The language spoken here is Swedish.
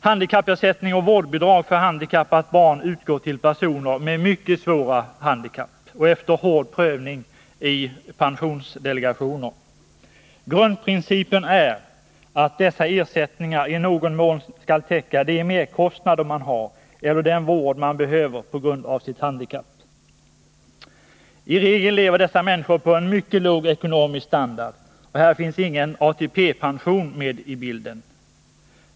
Handikappersättning och vårdbidrag för handikappat barn utgår till personer med mycket svåra handikapp och efter hård prövning i pensionsdelegationer. Grundprincipen är att dessa ersättningar i någon mån skall täcka de merkostnader man har eller den vård man behöver på grund av sitt handikapp. I regel lever dessa människor på en mycket låg ekonomisk standard. Här finns ingen ATP-pension med i bilden.